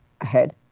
ahead